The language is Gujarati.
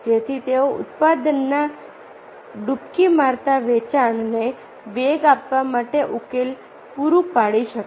જેથી તેઓ ઉત્પાદનના ડૂબકી મારતા વેચાણને વેગ આપવા માટે ઉકેલ પૂરો પાડી શકે